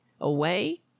away